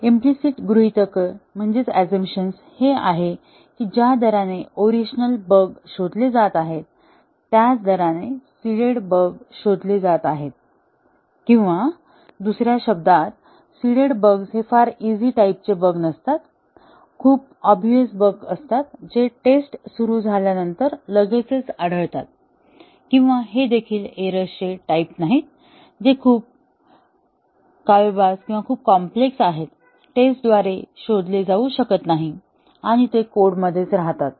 implicit गृहीतक हे आहे की ज्या दराने ओरिजिनल बग शोधले जात आहेत त्याच दराने सीडेड बग शोधले जात आहेत किंवा दुसर्या शब्दात सीडेड बग्स हे फार इझी टाईपचे बग नसतात खूप ऑबव्हिअस बग असतात जे टेस्ट सुरू झाल्यानंतर लगेचच आढळतात किंवा हे देखील एरर चे टाईप नाहीत जे खूप कावेबाज किंवा खूप कॉम्प्लेक्स आहेत टेस्टद्वारे शोधले जाऊ शकत नाहीत आणि ते कोडमध्येच राहतात